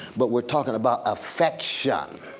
but we're talking about affection.